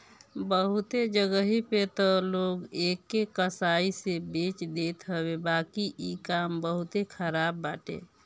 बहुते जगही पे तअ लोग एके कसाई से बेच देत हवे बाकी इ काम बहुते खराब बाटे